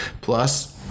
plus